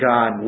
God